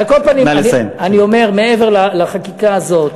על כל פנים, אני אומר, מעבר לחקיקה הזאת,